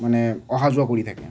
মানে অহা যোৱা কৰি থাকে